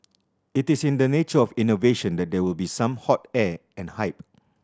it is in the nature of innovation that there will be some hot air and hype